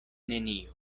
neniu